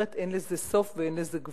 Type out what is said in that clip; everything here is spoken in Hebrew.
אחרת אין לזה סוף ואין לזה גבול.